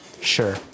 Sure